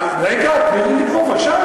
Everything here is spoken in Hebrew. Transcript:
רגע, תני לי לגמור.